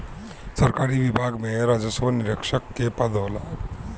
सरकारी विभाग में राजस्व निरीक्षक के पद होला